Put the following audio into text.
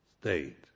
state